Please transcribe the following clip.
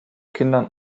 kindern